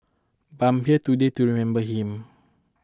but I'm here today to remember him